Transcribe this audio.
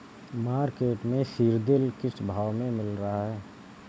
Market में सीद्रिल किस भाव में मिल रहा है?